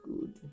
good